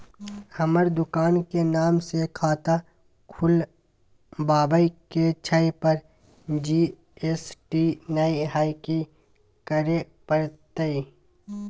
हमर दुकान के नाम से खाता खुलवाबै के छै पर जी.एस.टी नय हय कि करे परतै?